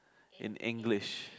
in English